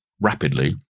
rapidly